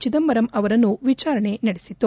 ಚಿದಂಬರಂ ಅವರನ್ನು ವಿಚಾರಣೆ ನಡೆಸಿತು